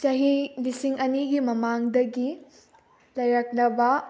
ꯆꯍꯤ ꯂꯤꯁꯤꯡ ꯑꯅꯤꯒꯤ ꯃꯃꯥꯡꯗꯒꯤ ꯂꯩꯔꯛꯂꯕ